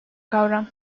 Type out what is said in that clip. kavram